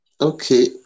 okay